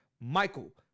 Michael